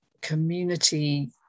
community